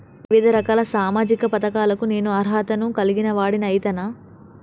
వివిధ రకాల సామాజిక పథకాలకు నేను అర్హత ను కలిగిన వాడిని అయితనా?